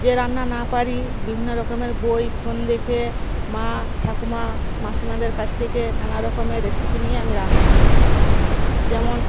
যে রান্না না পারি বিভিন্ন রকমের বই ফোন দেখে মা ঠাকুমা মাসিমাদের কাছ থেকে নানা রকমের রেসিপি নিয়ে আমি রান্না করি যেমন